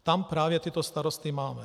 Tam právě tyto starosty máme.